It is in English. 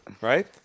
Right